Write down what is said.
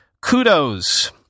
Kudos